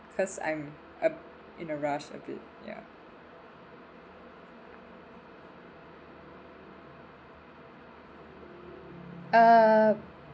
cause I'm uh in a rush a bit ya uh